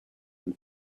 and